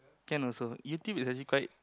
can also YouTube is actually quite